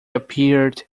appeared